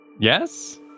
yes